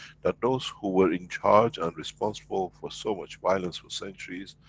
that those who were in charge and responsible for so much violence for centuries,